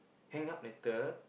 hang up later